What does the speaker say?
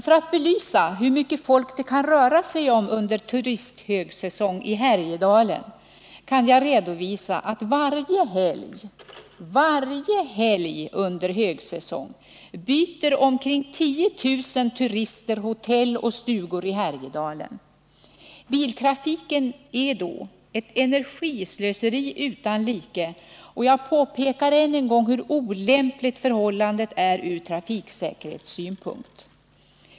För att belysa hur mycket folk det kan röra sig om under turisthögsäsong i Härjedalen kan jag redovisa att varje helg under högsäsong omkring 10 000 turister byter hotell och stugor i Härjedalen. Biltrafiken är då ett energislöseri utan like, och jag påpekar än en gång hur olämpligt förhållandet är ur trafiksäkerhetssynpunkt.